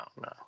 no